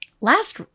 last